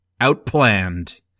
outplanned